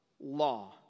Law